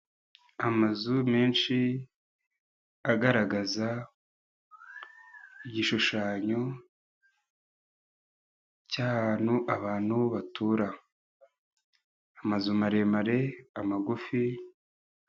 Amazu menshi, agaragaza igishushanyo cy'ahantu abantu batura, amazu maremare, amagufi.